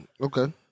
Okay